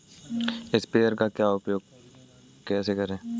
Sprayer का उपयोग कैसे करें?